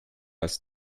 aus